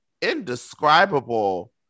indescribable